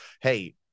hey